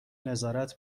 نظارت